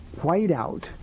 whiteout